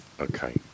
okay